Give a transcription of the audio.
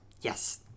Yes